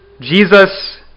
Jesus